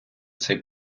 цей